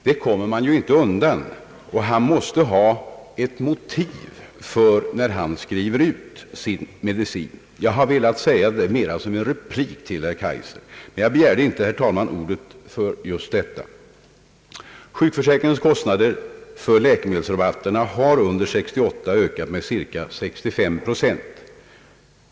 Detta kommer man inte undan. Han måste ha ett motiv för att skriva ut medicin. Jag har velat säga det mera som en replik till herr Kaijser. Men jag begärde inte ordet, herr talman, för just detta. Sjukförsäkringens kostnader för läkemedelsrabatterna har under år 1968 ökat med cirka 65 procent.